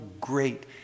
great